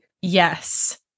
Yes